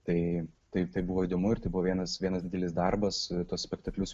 tai taip tai buvo įdomu ir tai buvo vienas vienas didelis darbas tuos spektaklius